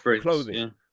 clothing